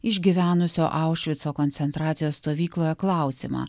išgyvenusio aušvico koncentracijos stovyklą klausimą